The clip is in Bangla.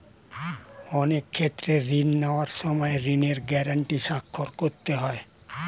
অনেক ক্ষেত্রে ঋণ নেওয়ার সময় ঋণের গ্যারান্টি স্বাক্ষর করতে হয়